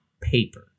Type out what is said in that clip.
paper